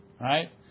right